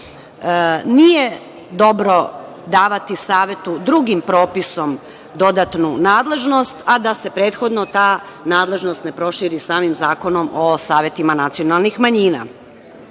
Nije dobro davati savetu drugim propisom dodatnu nadležnost, a da se prethodno ta nadležnost ne proširi samim Zakonom o savetima nacionalnih manjina. Dakle,